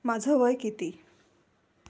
माझं वय किती